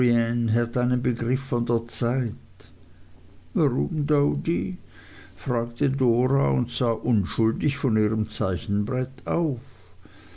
einen begriff von der zeit warum doady fragte dora und sah unschuldig von ihrem zeichenbrett auf